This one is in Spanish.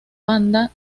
banda